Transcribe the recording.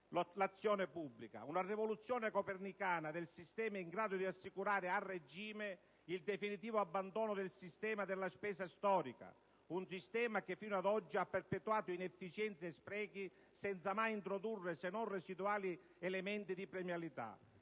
l'azione pubblica». Una rivoluzione copernicana del sistema in grado di assicurare, a regime, il definitivo abbandono del sistema della spesa storica, che fino ad oggi ha perpetuato inefficienze e sprechi, senza mai introdurre, se non residuali, elementi di premialità.